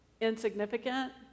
insignificant